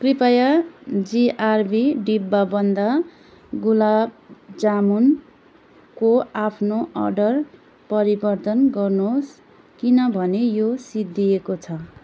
कृपया जिआरबी डिब्बाबन्द गुलाब जामुनको आफ्नो अर्डर परिवर्तन गर्नुहोस् किनभने यो सिद्धिएको छ